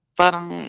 parang